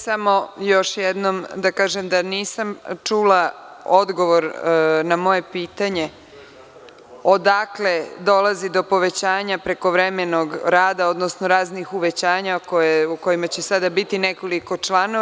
Samo bih još jednom da kažem da nisam čula odgovor na moje pitanje - odakle dolazi do povećanja prekovremenog rada, odnosno raznih uvećanja o kojima će sada biti nekoliko članova.